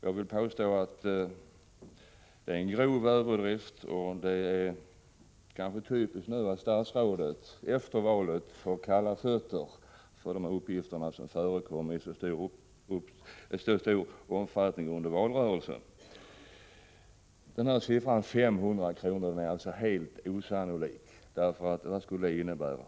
Jag vill påstå att uppgifterna innebär en grov överdrift, och det är kanske typiskt att statsrådet nu efter valet har fått ”kalla fötter”. 500 kr. är ett helt osannolikt belopp. Vad skulle det innebära?